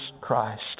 Christ